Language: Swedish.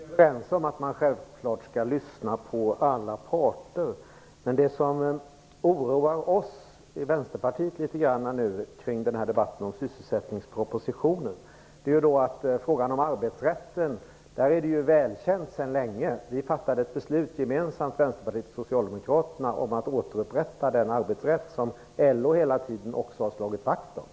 Fru talman! Vi är överens om att man självklart skall lyssna på alla parter. Men det som oroar oss i Vänsterpartiet litet grand när det gäller debatten om sysselsättningspropositionen är frågan om arbetsrätten. Detta är välkänt sedan länge. Vänsterpartiet och Socialdemokraterna fattade gemensamt beslut om att återupprätta den arbetsrätt som också LO hela tiden slagit vakt om.